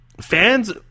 fans